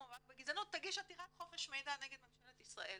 המאבק בגזענות תגיש עתירת חופש מידע נגד ממשלת ישראל.